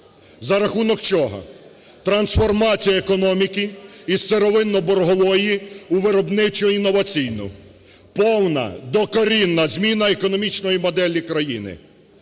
За рахунок чого? Трансформація економіки із сировинно-боргової у виробничо-інноваційну, повна докорінна зміна економічної моделі країни,